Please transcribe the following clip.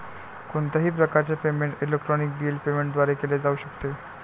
कोणत्याही प्रकारचे payment electronic bill payment द्वारे केले जाऊ शकते